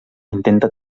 intenta